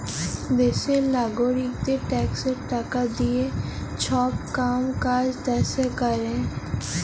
দ্যাশের লাগারিকদের ট্যাক্সের টাকা দিঁয়ে ছব কাম কাজ দ্যাশে ক্যরে